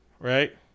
Right